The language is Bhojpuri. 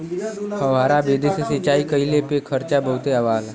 फौआरा विधि से सिंचाई कइले पे खर्चा बहुते आवला